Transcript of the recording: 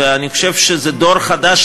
ואני חושב שזה דור חדש,